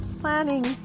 planning